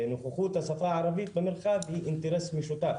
נוכחות השפה הערבית במרחב היא אינטרס משותף